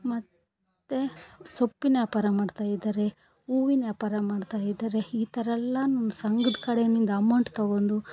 ಮತ್ತು ಸೊಪ್ಪಿನ ವ್ಯಾಪಾರ ಮಾಡ್ತಾಯಿದಾರೆ ಹೂವಿನ ವ್ಯಾಪಾರ ಮಾಡ್ತಾಯಿದಾರೆ ಈ ಥರಯೆಲ್ಲಾನು ಸಂಘದ್ ಕಡೆಯಿಂದ ಅಮೌಂಟ್ ತಗೊಂಡು